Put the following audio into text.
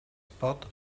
spot